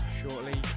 shortly